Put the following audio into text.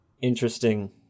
Interesting